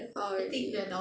oh really